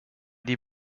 die